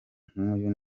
nk’uyu